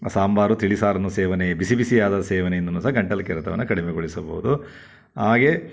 ಸಾಂಬಾರು ತಿಳಿಸಾರನ್ನು ಸೇವನೆ ಬಿಸಿಬಿಸಿಯಾದ ಸೇವನೆಯಿಂದನೂ ಸಹ ಗಂಟಲು ಕೆರೆತವನ್ನು ಕಡಿಮೆಗೊಳಿಸಬಹುದು ಹಾಗೇ